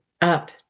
up